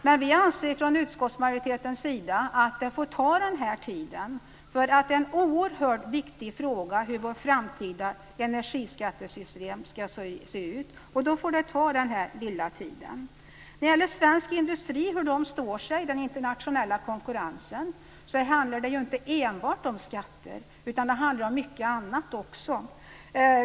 Men vi anser från utskottsmajoritetens sida att det får ta denna tid, eftersom det är en oerhört viktig fråga hur vårt framtida energiskattesystem ska se ut. Och då får det ta denna tid. När det gäller hur svensk industri står sig i den internationella konkurrensen handlar det ju inte enbart om skatter utan om mycket annat också.